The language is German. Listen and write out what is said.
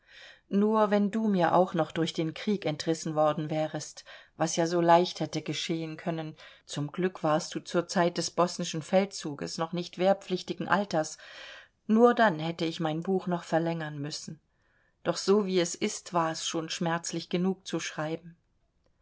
nur wenn du mir auch noch durch den krieg entrissen worden wärest was ja so leicht hätte geschehen können zum glück warst du zur zeit des bosnischen feldzuges noch nicht wehrpflichtigen alters nur dann hätte ich mein buch noch verlängern müssen doch so wie es ist war es schon schmerzlich genug zu schreiben